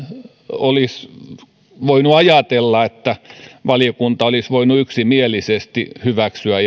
olisi voinut ajatella että valiokunta olisi voinut yksimielisesti hyväksyä